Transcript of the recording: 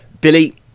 Billy